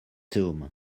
zoom